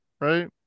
right